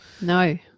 No